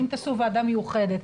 אם תעשו ועדה מיוחדת,